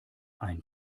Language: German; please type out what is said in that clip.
ein